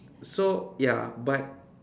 so ya but